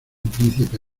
príncipe